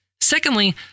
Secondly